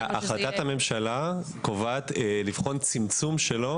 החלטת הממשלה קובעת לבחון את הצמצום שלו